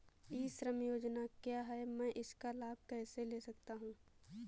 ई श्रम योजना क्या है मैं इसका लाभ कैसे ले सकता हूँ?